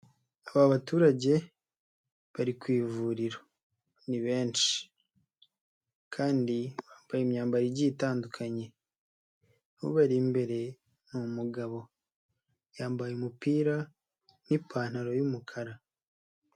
Aba baturage bari ku ivuriro ni benshi kandi bambaye imyambaro igiye itandukanye, ubariri imbere ni umugabo, yambaye umupira n'ipantaro y'umukara.